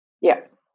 Yes